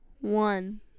One